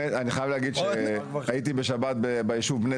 אני חייב להגיד שהייתי בשבת ביישוב בני